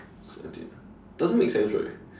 seventeen ah doesn't make sense right